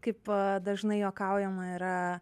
kaip dažnai juokaujama yra